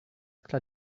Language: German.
klar